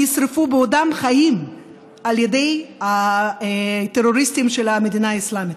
הם נשרפו בעודם חיים על ידי הטרוריסטים של המדינה האסלאמית.